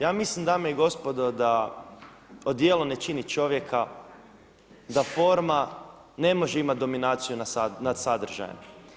Ja mislim dame i gospodo da odijelo ne čini čovjeka, da forma ne može imati dominaciju nad sadržajem.